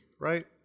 right